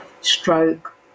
stroke